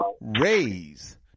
raise